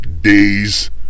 days